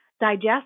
digest